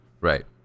Right